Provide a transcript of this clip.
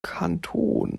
kanton